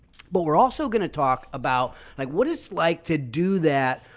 but we're also going to talk about like, what it's like to do that.